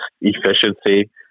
efficiency